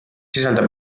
sisaldab